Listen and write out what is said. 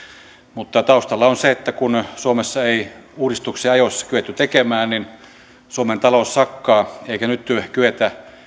mutta taustalla on se että kun suomessa ei uudistuksia ajoissa kyetty tekemään niin suomen talous sakkaa eikä nyt kyetä